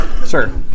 Sir